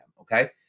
Okay